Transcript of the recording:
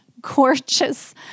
gorgeous